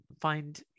find